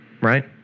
right